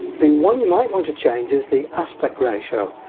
the one you might want to change is the aspect ratio.